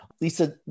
Lisa